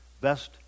best